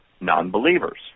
non-believers